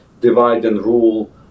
divide-and-rule